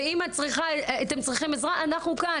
ואם אתם צריכים עזרה אנחנו כאן.